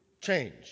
change